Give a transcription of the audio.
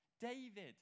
David